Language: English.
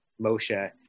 Moshe